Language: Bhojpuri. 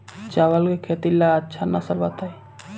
चावल के खेती ला अच्छा नस्ल बताई?